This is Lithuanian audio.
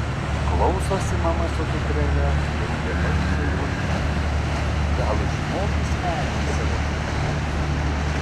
klausosi mama su dukrele daugiabalsio ošimo gal išmokys medžiai savo šnekos